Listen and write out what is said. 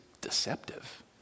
deceptive